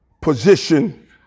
position